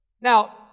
Now